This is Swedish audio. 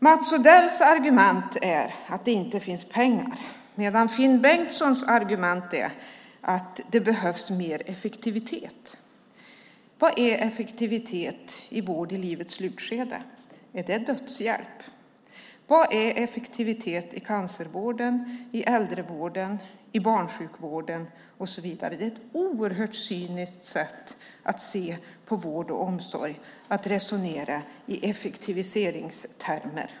Mats Odells argument är att det inte finns pengar, medan Finn Bengtssons argument är att det behövs mer effektivitet. Vad är effektivitet vid vård i livets slutskede, är det dödshjälp? Vad är effektivitet i cancervården, i äldrevården, i barnsjukvården och så vidare? Det är ett oerhört cyniskt sätt att se på vård och omsorg att resonera i effektiviseringstermer.